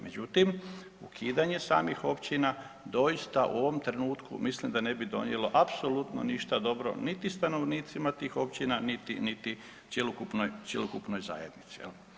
Međutim, ukidanje samih općina doista u ovom trenutku mislim da ne bi donijelo apsolutno ništa dobro niti stanovnicima tih općina, niti cjelokupnoj zajednici.